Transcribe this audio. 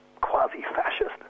quasi-fascist